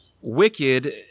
wicked